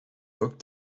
book